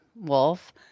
Wolf